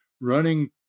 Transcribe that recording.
running